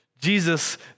Jesus